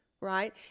right